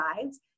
sides